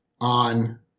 on